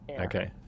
okay